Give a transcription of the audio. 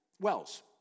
Wells